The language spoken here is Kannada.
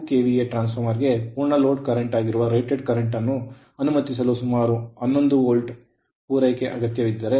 2 ಕೆವಿಎ ಟ್ರಾನ್ಸ್ ಫಾರ್ಮರ್ ಗೆ ಪೂರ್ಣ ಲೋಡ್ ಕರೆಂಟ್ ಆಗಿರುವ ರೇಟೆಡ್ ಕರೆಂಟ್ ಅನ್ನು ಅನುಮತಿಸಲು ಸುಮಾರು 11 ವೋಲ್ಟ್ ಪೂರೈಕೆಯ ಅಗತ್ಯವಿದ್ದರೆ